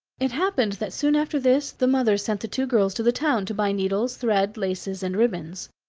it happened that soon after this the mother sent the two girls to the town to buy needles, thread, laces, and ribbons.